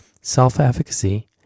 self-efficacy